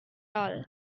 all